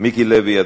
מיקי לוי.